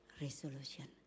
resolution